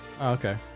okay